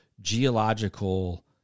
geological